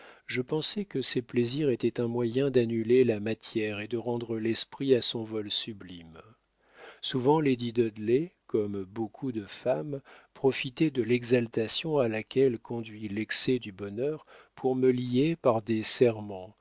je pensais que ces plaisirs étaient un moyen d'annuler la matière et de rendre l'esprit à son vol sublime souvent lady dudley comme beaucoup de femmes profitait de l'exaltation à laquelle conduit l'excès du bonheur pour me lier par des serments